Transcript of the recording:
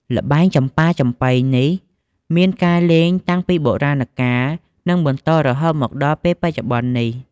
ល្បែងចំប៉ាចំប៉ីនេះ មានការលេងតាំងពីបុរាកាល និងបន្តរហូតមកដល់ពេលបច្ចុប្បន្ននេះ។